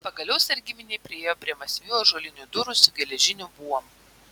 pagaliau sargybiniai priėjo prie masyvių ąžuolinių durų su geležiniu buomu